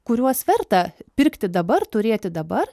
kuriuos verta pirkti dabar turėti dabar